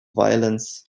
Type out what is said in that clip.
violence